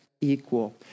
equal